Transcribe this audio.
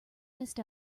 missed